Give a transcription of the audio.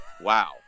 Wow